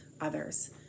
others